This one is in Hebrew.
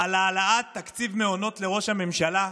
על העלאת תקציב המעונות לראש הממשלה,